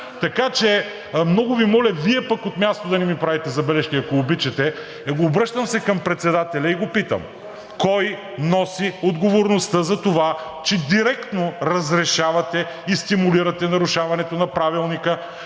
Така че много Ви моля Вие пък от място да не ми правите забележки, ако обичате! Обръщам се към председателя и го питам: кой носи отговорността за това, че директно разрешавате и стимулирате нарушаването на Правилника,